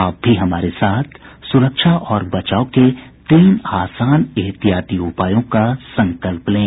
आप भी हमारे साथ सुरक्षा और बचाव के तीन आसान एहतियाती उपायों का संकल्प लें